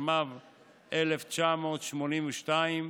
התשמ"ב 1982,